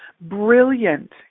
brilliant